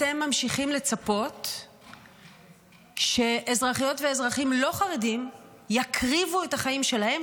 אתם ממשיכים לצפות שאזרחיות ואזרחים לא חרדים יקריבו את החיים שלהם,